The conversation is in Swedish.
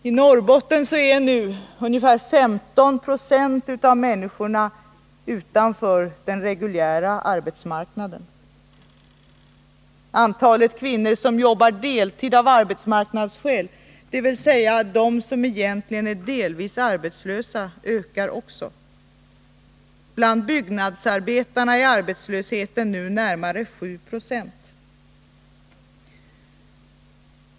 I Norrbotten står nu ungefär 15 96 av människorna utanför den reguljära arbetsmarknaden. Antalet kvinnor som jobbar deltid av arbetsmarknadsskäl, dvs. som egentligen är delvis arbetslösa, ökar också. Bland byggnadsarbetarna är arbetslösheten nu närmare 7 9o.